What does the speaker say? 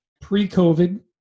pre-COVID